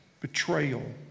betrayal